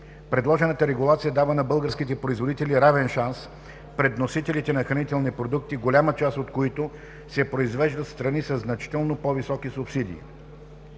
Предложената регулация дава на българските производители равен шанс пред вносителите на хранителни продукти, голяма част от които се произвеждат в страни със значително по-високи субсидии.